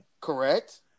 correct